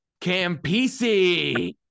Campisi